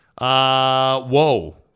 whoa